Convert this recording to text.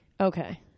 Okay